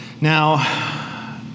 Now